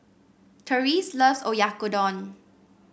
Terese loves Oyakodon